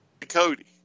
Cody